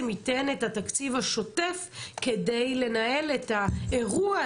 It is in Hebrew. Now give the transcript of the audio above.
ייתן את התקציב השוטף כדי לנהל את האירוע הזה,